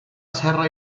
serra